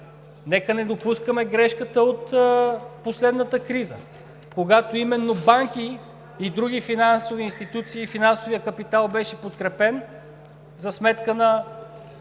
Нека не допускаме грешката от последната криза, когато именно банките и другите финансови институции, финансовият капитал беше подкрепен за сметка на